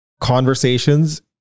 conversations